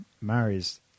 marries